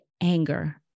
anger